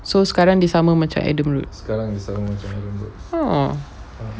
so sekarang dia sama dengan adam road